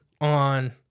on